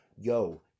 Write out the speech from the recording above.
Yo